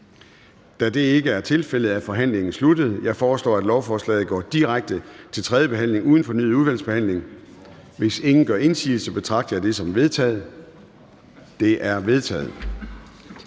Da det ikke er tilfældet, er forhandlingen sluttet. Jeg foreslår, at lovforslaget går direkte til tredje behandling uden fornyet udvalgsbehandling. Hvis ingen gør indsigelse, betragter jeg dette som vedtaget. Det er vedtaget.